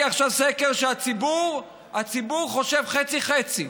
שהציבור חושב חצי-חצי,